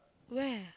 where